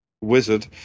wizard